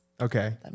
Okay